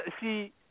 See